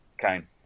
Kane